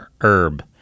herb